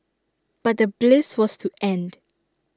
but the bliss was to end